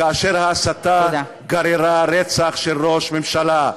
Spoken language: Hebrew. כאשר ההסתה גררה רצח של ראש ממשלה.